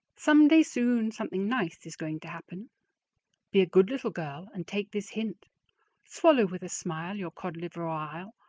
someday soon something nice is going to happen be a good little girl and take this hint swallow with a smile your cod-liver ile,